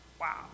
wow